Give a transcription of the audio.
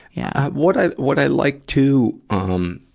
yeah what i, what i like to, um,